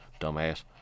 Dumbass